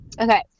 Okay